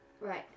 Right